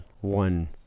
one